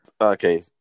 Okay